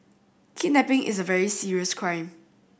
kidnapping is a very serious crime